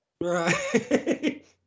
right